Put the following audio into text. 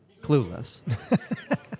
clueless